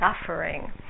suffering